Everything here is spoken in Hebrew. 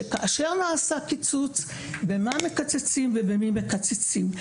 שכשאר נעשה קיצוץ במה מקצצים ובמי מקצצים?